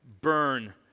burn